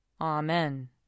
Amen